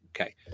Okay